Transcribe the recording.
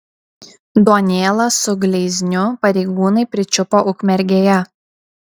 duonėlą su gleizniu pareigūnai pričiupo ukmergėje